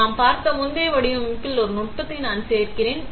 எனவே நாம் பார்த்த முந்தைய வடிவமைப்பில் ஒரு நுட்பத்தை நான் சேர்க்கிறேன்